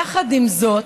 יחד עם זאת,